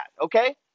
okay